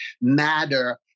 matter